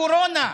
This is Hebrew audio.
הקורונה,